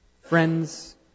friends